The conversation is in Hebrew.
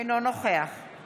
אינו נוכח מיכל וולדיגר,